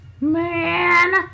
man